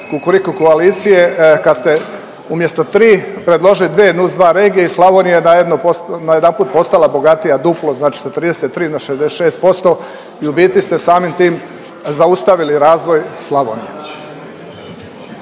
kukuriku koalicije kad ste umjesto tri predložili dve NUS2 regije i Slavonija je najednom pos…, najedanput postala bogatija duplo, znači sa 33 na 66% i u biti ste samim tim zaustavili razvoj Slavonije.